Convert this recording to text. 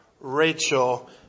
Rachel